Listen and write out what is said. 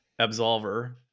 Absolver